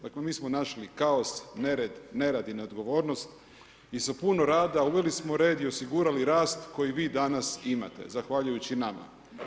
Dakle, mi smo našli kaos, nered, nerad i neodgovornost i sa puno rada uveli smo red i osigurali rast koji vi danas imate zahvaljujući nama.